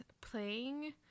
playing